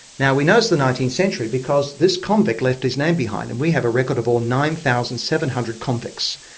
now we know it's the nineteenth century because this convict left his name behind and we have a record of all nine thousand seven hundred convicts.